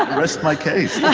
rest my case. yeah